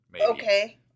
Okay